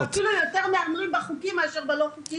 הם אפילו יותר מהמרים בחוקי יותר מאשר בלא חוקי.